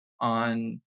on